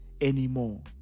anymore